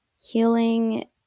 healing